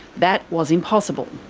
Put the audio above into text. that was impossible.